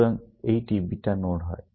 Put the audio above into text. সুতরাং এই beta node হয়